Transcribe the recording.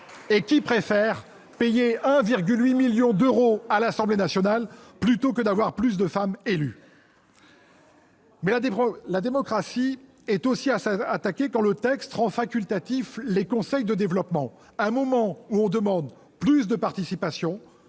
préfère payer 1,8 million d'euros plutôt que d'avoir plus de femmes élues. Mais la démocratie est aussi attaquée quand le texte rend facultatifs les conseils de développement. À un moment où on demande plus de participation,